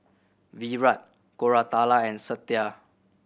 Virat Koratala and Satya